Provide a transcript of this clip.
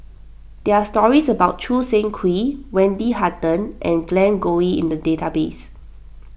there are stories about Choo Seng Quee Wendy Hutton and Glen Goei in the database